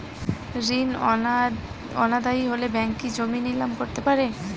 ঋণ অনাদায়ি হলে ব্যাঙ্ক কি জমি নিলাম করতে পারে?